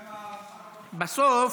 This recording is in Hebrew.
בסוף,